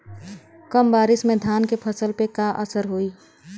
कम बारिश में धान के फसल पे का असर होई?